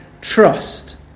trust